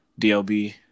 DLB